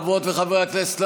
חברות וחברי הכנסת,